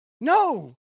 No